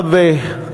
עכשיו,